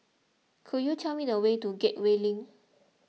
could you tell me the way to Gateway Link